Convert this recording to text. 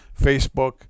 Facebook